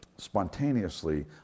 Spontaneously